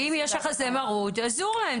אם יש יחסי מרות אסור להם.